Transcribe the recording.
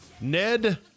Ned